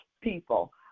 people